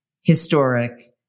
historic